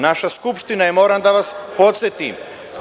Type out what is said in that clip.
Naša Skupština je, moram da vas podsetim,